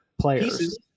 players